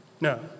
No